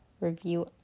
Review